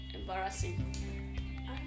Embarrassing